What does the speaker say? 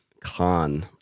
Khan